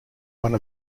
one